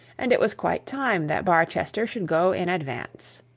and it was quite time that barchester should go in advance.